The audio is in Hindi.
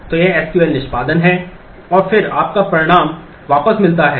तो ये एसक्यूएल निष्पादन हैं और फिर आपका परिणाम वापस मिलता है